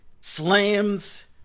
slams